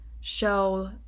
show